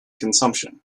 consumption